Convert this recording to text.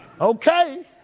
Okay